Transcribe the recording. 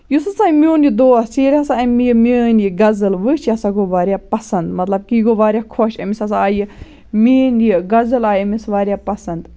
یُس ہَسا میون یہِ دوس ییٚلہِ ہَسا اَمہِ یہِ میٲنۍ یہِ غزل وٕچھ یہِ ہَسا گوٚو وارِیاہ پسنٛد مطلب کہِ یہِ گوٚو وارِیاہ خۄش أمِس ہَسا آیہِ میٛٲنۍ یہِ غزل آیہِ أمِس وارِیاہ پسنٛد